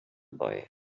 boy